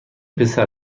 پسر